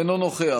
אינו נוכח